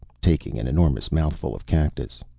taking an enormous mouthful of cactus.